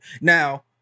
Now